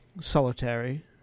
solitary